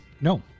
No